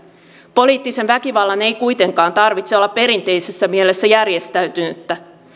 poliittisen väkivallan ei kuitenkaan tarvitse olla perinteisessä mielessä järjestäytynyttä